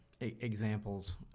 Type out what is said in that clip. examples